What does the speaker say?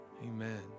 Amen